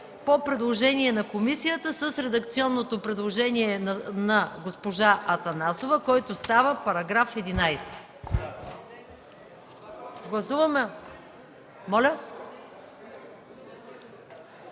по предложение на комисията, с редакционното предложение на госпожа Атанасова, който става § 11. (Реплика от